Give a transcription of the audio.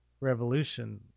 revolution